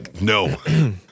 No